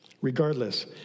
Regardless